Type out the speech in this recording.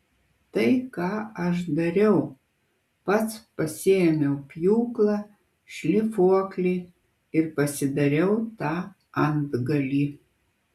tai ką aš dariau pats pasiėmiau pjūklą šlifuoklį ir pasidariau tą antgalį